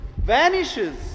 vanishes